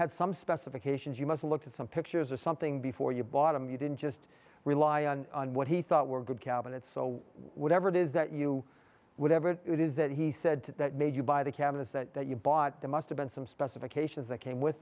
had some specifications you must look at some pictures or something before you bottom you didn't just rely on what he thought were good cabinets so whatever it is that you would have or it is that he said that made you buy the cabinets that you bought the must have been some specifications that came with